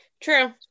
True